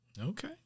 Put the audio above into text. Okay